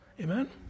Amen